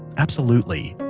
absolutely.